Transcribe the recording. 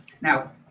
Now